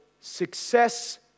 success